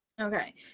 Okay